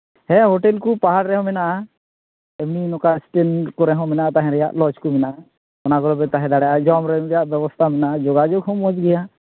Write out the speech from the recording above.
ᱦᱮᱸ ᱜᱳᱴᱮᱞ ᱠᱚ ᱯᱟᱦᱟᱲ ᱨᱮᱦᱚᱸ ᱢᱮᱱᱟᱜᱼᱟ ᱮᱢᱱᱤ ᱱᱚᱝᱠᱟ ᱤᱥᱴᱤᱱ ᱠᱚᱨᱮ ᱦᱚᱸ ᱢᱮᱱᱟᱜᱼᱟ ᱛᱟᱦᱮᱱ ᱨᱮᱭᱟᱜ ᱞᱚᱡᱽ ᱠᱚ ᱢᱮᱱᱟᱜᱼᱟ ᱚᱱᱟ ᱠᱚᱨᱮᱫ ᱵᱮᱱ ᱛᱟᱦᱮᱸ ᱫᱟᱲᱮᱭᱟᱜᱼᱟ ᱡᱚᱢ ᱧᱩ ᱨᱮᱭᱟᱜ ᱵᱮᱵᱚᱥᱛᱷᱟ ᱢᱮᱱᱟᱜᱼᱟ ᱡᱳᱜᱟᱡᱳᱜᱽ ᱦᱚᱸ ᱢᱚᱦᱽ ᱜᱮᱭᱟ